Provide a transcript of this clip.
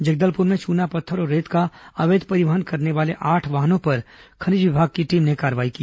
जगदलपुर में चूना पत्थर और रेत का अवैध परिवहन करने वाले आठ वाहनों पर खनिज विभाग की टीम ने कार्रवाई की